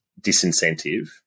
disincentive